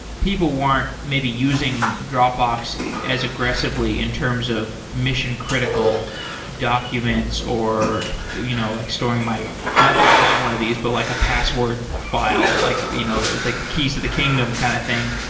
people weren't maybe using dropbox as aggressively in terms of mission-critical documents, or you know like storing not that i have one of these, but like a password file, like you know like the keys to the kingdom kind of thing.